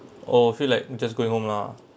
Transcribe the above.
oh feel like just going home lah